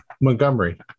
Montgomery